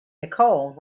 nicole